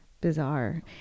bizarre